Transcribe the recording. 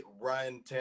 Ryan